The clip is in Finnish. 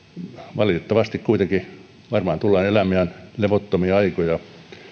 valitettavasti kuitenkin varmaan tullaan elämään levottomia aikoja